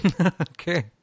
Okay